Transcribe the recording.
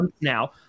now